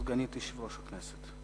סגנית יושב-ראש הכנסת,